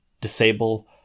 disable